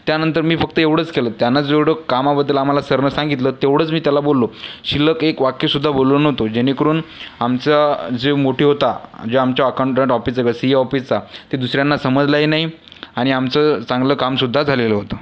त्यानंतर मी फक्त एवढंच केलं त्यांना जेवढं कामाबद्दल आम्हाला सरनं सांगितलं तेवढंच मी त्याला बोललो शिल्लक एक वाक्यसुद्धा बोललो नव्हतो जेणेकरून आमचा जे मोटीव होता जे आमच्या अकाउंटंट ऑफिसचं सी ए ऑफिसचा ते दुसऱ्यांना समजलंही नाही आणि आमचं चांगलं कामसुद्धा झालेलं होतं